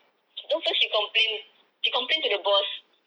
no first she complained she complained to the boss